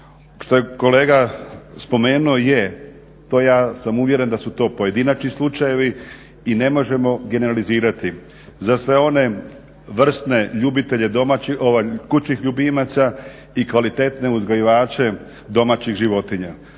Što je kolega spomenuo je to ja sam uvjeren da su to pojedinačni slučajevi i ne možemo generalizirati za sve one vrsne ljubitelje kućnih ljubimaca i kvalitetne uzgajivače domaćih životinja.